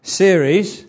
series